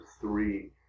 three